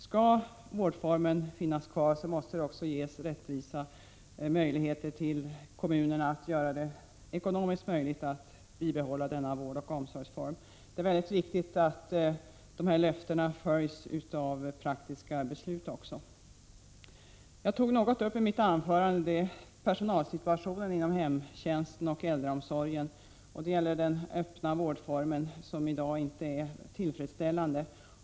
Skall vårdformen finnas kvar, måste kommunerna ges ekonomiska möjligheter att bibehålla denna form av vård och omsorg. Det är väldigt viktigt att löftena följs av praktiska beslut. Jag tog i mitt anförande något upp personalsituationen inom hemtjänsten och äldreomsorgen, närmare bestämt inom den öppna vården, som i dag inte är tillfredsställande.